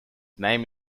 name